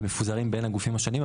הם מפוזרים בין הגופים השונים,